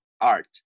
art